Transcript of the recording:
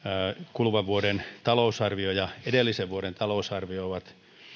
kuluvan vuoden talousarvio ja edellisen vuoden talousarvio ovat